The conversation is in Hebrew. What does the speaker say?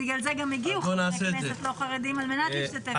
בגלל זה גם הגיעו חברי כנסת לא חרדים על מנת להשתתף בדיון.